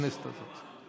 בכנסת הזאת.